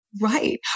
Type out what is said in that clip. Right